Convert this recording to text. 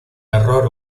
error